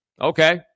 Okay